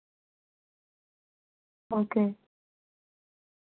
okay